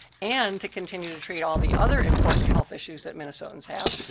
and to continue to treat all the other important health issues that minnesotans have,